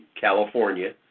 California